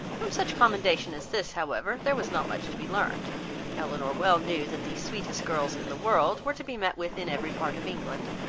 from such commendation as this, however, there was not much to be learned elinor well knew that the sweetest girls in the world were to be met with in every part of england,